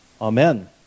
Amen